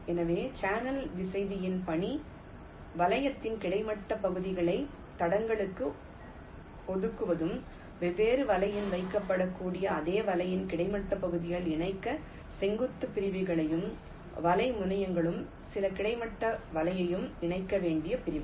எனவே சேனல் திசைவியின் பணி வலைத்தின் கிடைமட்ட பகுதிகளை தடங்களுக்கு ஒதுக்குவதும் வெவ்வேறு வலையில் வைக்கப்படக்கூடிய அதே வலையின் கிடைமட்ட பகுதிகளை இணைக்க செங்குத்து பிரிவுகளையும் வலை முனையங்கள் சில கிடைமட்ட வலையையும் இணைக்க வேண்டிய பிரிவுகள்